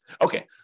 Okay